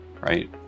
Right